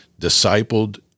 discipled